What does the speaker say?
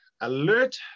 Alert